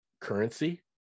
currency